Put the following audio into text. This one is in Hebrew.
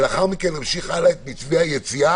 לאחר מכן נמשיך הלאה את מתווה היציאה,